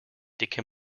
dicke